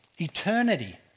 eternity